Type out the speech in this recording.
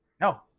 no